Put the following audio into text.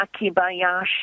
Akibayashi